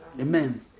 Amen